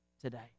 today